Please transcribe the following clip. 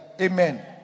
Amen